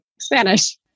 Spanish